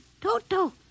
Toto